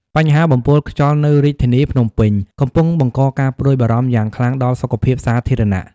បញ្ហាបំពុលខ្យល់នៅរាជធានីភ្នំពេញកំពុងបង្កការព្រួយបារម្ភយ៉ាងខ្លាំងដល់សុខភាពសាធារណៈ។